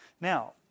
Now